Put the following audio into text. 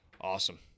Awesome